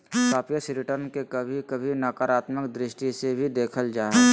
सापेक्ष रिटर्न के कभी कभी नकारात्मक दृष्टि से भी देखल जा हय